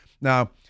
Now